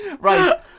Right